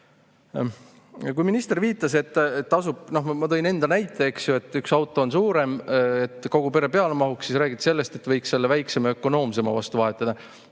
auto väljavahetamisele]. Ma tõin enda näite, eks ju, et üks auto on suurem, et kogu pere peale mahuks. Siis räägiti sellest, et võiks selle väiksema ja ökonoomsema vastu vahetada.